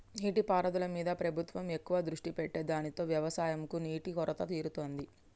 నీటి పారుదల మీద ప్రభుత్వం ఎక్కువ దృష్టి పెట్టె దానితో వ్యవసం కు నీటి కొరత తీరుతాంది